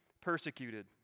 persecuted